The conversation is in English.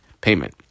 payment